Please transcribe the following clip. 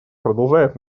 продолжает